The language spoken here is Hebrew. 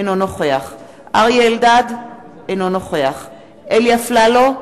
אינו נוכח אריה אלדד, אינו נוכח אלי אפללו,